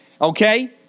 okay